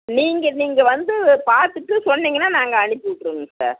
நீங்கள் நீங்கள் வந்து பார்த்துட்டு சொன்னீங்கன்னால் நாங்கள் அனுப்பி விட்ருவோங்க சார்